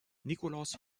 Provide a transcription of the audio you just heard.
nikolaus